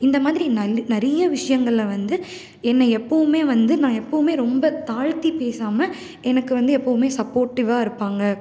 இந்தமாதிரி நெற் நிறைய விஷயங்கள்ல வந்து என்னை எப்பவுமே வந்து நான் எப்பவுமே ரொம்ப தாழ்த்தி பேசாமல் எனக்கு வந்து எப்பவுமே சப்போட்டிவாக இருப்பாங்க